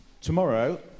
Tomorrow